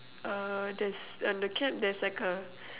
uh there's on the cap there's like a